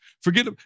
forget